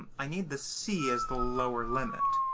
i need the c as the lower limit.